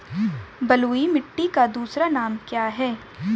बलुई मिट्टी का दूसरा नाम क्या है?